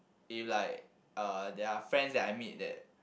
if like uh there are friends that I made that